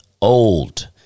old